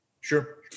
Sure